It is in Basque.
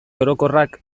orokorrak